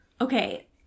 okay